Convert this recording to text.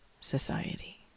society